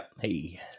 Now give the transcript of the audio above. Hey